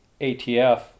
ATF